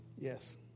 Yes